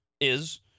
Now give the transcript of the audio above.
is-